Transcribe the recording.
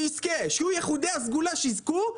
שיהיה אחד מיחידי הסגולה שיזכו,